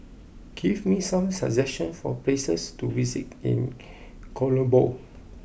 give me some suggestions for places to visit in Colombo